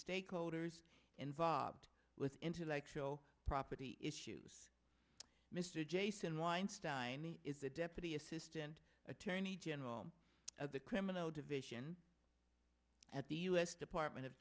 stakeholders involved with intellectual property issues mr jason weinstein is the deputy assistant attorney general of the criminal division at the u s department of